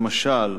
למשל,